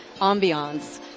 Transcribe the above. ambiance